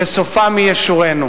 וסופה מי ישורנו.